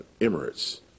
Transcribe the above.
Emirates